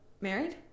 married